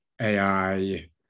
AI